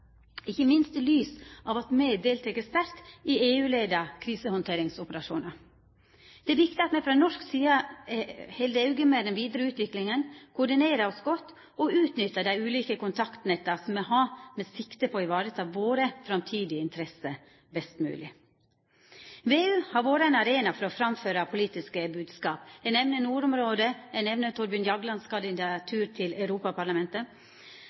ikkje minst i lys av at me deltek sterkt i EU-leidde krisehandteringsoperasjonar. Det er viktig at me frå norsk side held auge med den vidare utviklinga, koordinerer oss godt og utnyttar dei ulike kontaktnetta som me har, med sikte på å vareta våre framtidige interesser best mogleg. VEU har vore ein arena for å framføra politiske bodskap. Eg nemner nordområda, og eg nemner Thorbjørn Jaglands kandidatur til Europaparlamentet.